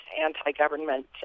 anti-government